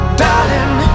darling